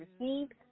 received